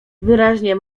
wyraźnie